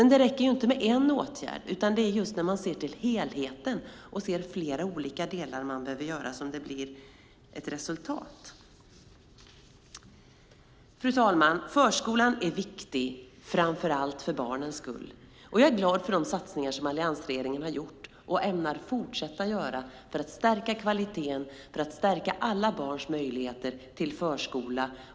Det räcker dock inte med en åtgärd, utan det är först när man ser till helheten och ser flera olika delar man behöver åtgärda som det blir resultat. Fru talman! Förskolan är viktig framför allt för barnens skull. Jag är glad för de satsningar som alliansregeringen har gjort och ämnar fortsätta göra för att stärka kvaliteten och stärka alla barns möjligheter till förskola.